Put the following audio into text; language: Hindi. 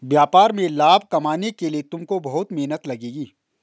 व्यापार में लाभ कमाने के लिए तुमको बहुत मेहनत लगेगी